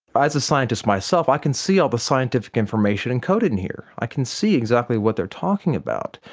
as a scientist myself i can see all the scientific information encoded in here. i can see exactly what they are talking about.